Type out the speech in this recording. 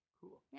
cool